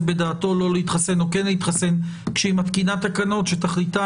בדעתו לא להתחסן או כן להתחסן כשהיא מתקינה תקנות שתכליתן